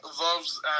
loves